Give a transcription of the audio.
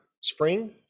spring